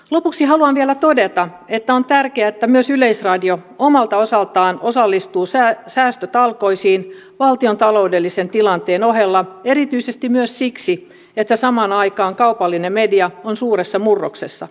lopuksi haluan vielä todeta että on tärkeää että myös yleisradio omalta osaltaan osallistuu säästötalkoisiin valtion taloudellisen tilanteen ohella erityisesti myös siksi että samaan aikaan kaupallinen media on suuressa murroksessa